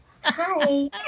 Hi